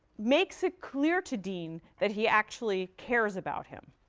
makes it clear to dean that he actually cares about him.